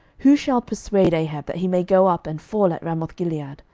who shall persuade ahab, that he may go up and fall at ramothgilead?